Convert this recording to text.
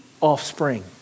offspring